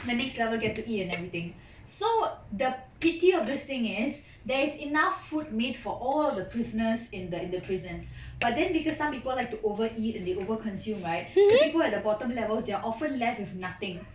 the next level get to eat and everything so the pity of this thing is there is enough food made for all the prisoners in the in the prison but then because some people like to overeat and they over consume right the people at the bottom levels they are often left with nothing